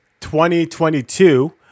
2022